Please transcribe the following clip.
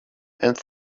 and